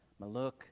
Maluk